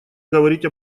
говорить